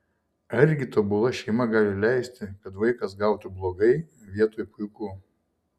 argi tobula šeima gali leisti kad vaikas gautų blogai vietoj puiku